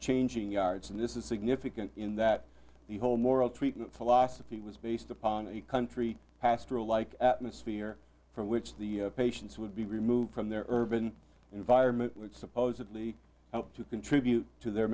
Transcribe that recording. changing yards and this is significant in that the whole moral treatment philosophy was based upon a country pastoral like atmosphere from which the patients would be removed from their urban environment which supposedly to contribute to their